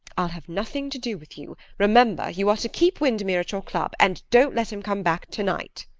i'll have nothing to do with you. remember you are to keep windermere at your club, and don't let him come back to-night.